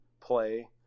play